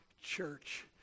church